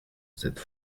cette